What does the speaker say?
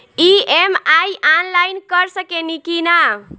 EMI online कर सकेनी की ना?